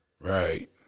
right